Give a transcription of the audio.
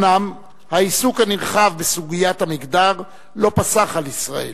אומנם העיסוק הנרחב בסוגיות המגדר לא פסח על ישראל,